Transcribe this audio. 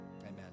Amen